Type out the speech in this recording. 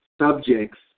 subjects